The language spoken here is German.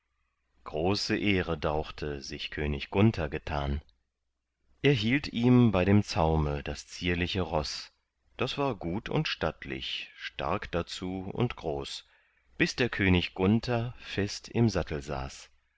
große ehre dauchte sich könig gunther getan er hielt ihm bei dem zaume das zierliche roß das war gut und stattlich stark dazu und groß bis der könig gunther fest im sattel saß